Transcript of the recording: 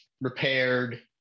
repaired